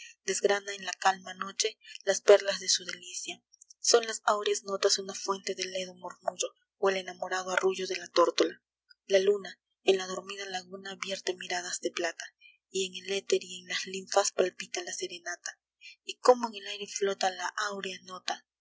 desgrana en la calma noche las perlas de su delicia son las áureas notas una fuente de ledo murmullo o el enamorado arrullo de la tórtola la luna en la dormida laguna vierte miradas de plata y en el éter y en las linfas palpita la serenata y cómo en el aire flota la